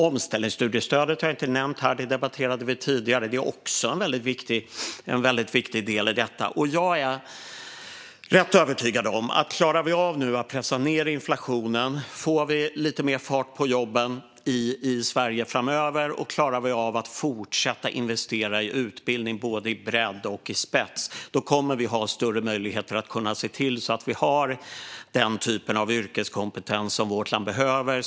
Omställningsstudiestödet har jag inte nämnt här. Det debatterade vi tidigare. Det är också en väldigt viktig del i detta. Jag är rätt övertygad om att om vi klarar av att pressa ned inflationen, får lite mer fart på jobben i Sverige framöver och klarar av att fortsätta investera i utbildning, både i bredd och i spets, kommer vi att ha större möjligheter att se till att vi har den typ av yrkeskompetens som vårt land behöver.